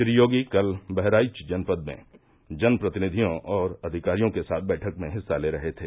श्री योगी कल बहराइच जनपद में जनप्रतिनिधियों और अधिकारियों के साथ बैठक में हिस्सा ले रहे थे